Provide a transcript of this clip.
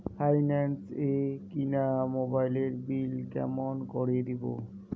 Finance এ কিনা মোবাইলের বিল কেমন করে দিবো?